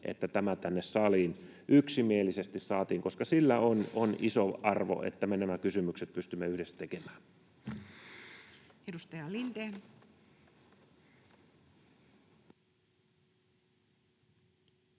että tämä tänne saliin yksimielisesti saatiin, koska sillä on iso arvo, että me nämä kysymykset pystymme yhdessä tekemään. [Speech 79]